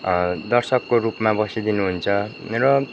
दर्शकको रूपमा बसिदिनु हुन्छ र